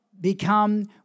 become